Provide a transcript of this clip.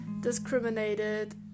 discriminated